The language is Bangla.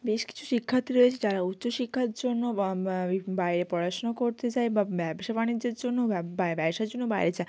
বেশ কিছু শিক্ষার্থী রয়েছে যারা উচ্চ শিক্ষার জন্য বা বা এই বাইরে পড়াশুনো করতে যায় বা ব্যবসা বাণিজ্যের জন্য ব্যবসার জন্য বাইরে যায়